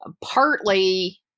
partly